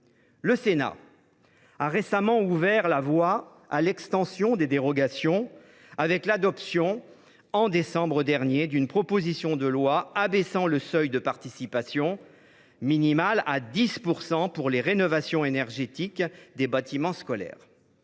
Le Sénat a récemment ouvert la voie à l’extension des dérogations avec l’adoption en décembre dernier d’une proposition de loi abaissant le seuil de participation minimale à 10 % pour la rénovation énergétique des bâtiments scolaires.